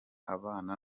abana